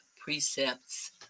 precepts